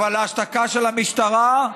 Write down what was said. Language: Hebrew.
אבל ההשתקה של המשטרה,